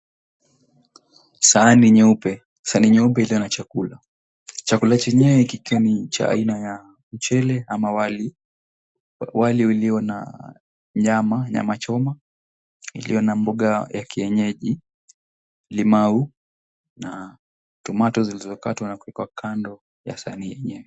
Sahani nyeupe. Sahani nyeupe iliyo na chakula, chakula chenyewe kikiwa ni cha aina ya mchele ama wali, wali ulio na nyama choma iliyo na mboga ya kienyeji, limau na tomato zilizokatwa na kuwekwa kando ya sahani yenyewe.